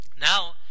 Now